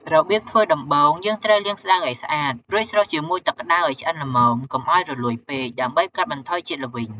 របៀបធ្វើដំបូងយើងត្រូវលាងស្តៅ ឲ្យស្អាត រួចស្រុះជាមួយទឹកក្តៅឲ្យឆ្អិនល្មម កុំឲ្យរលួយពេក ដើម្បីកាត់បន្ថយជាតិល្វីង។